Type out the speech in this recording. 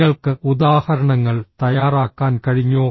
നിങ്ങൾക്ക് ഉദാഹരണങ്ങൾ തയ്യാറാക്കാൻ കഴിഞ്ഞോ